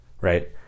right